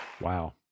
Wow